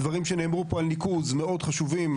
דברים שנאמרו פה על ניקוז מאוד חשובים,